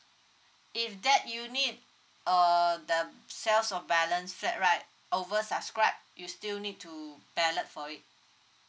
if that unit uh the sales of balance flat right over subscribe you still need to ballot for it